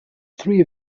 three